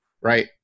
right